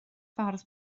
ffordd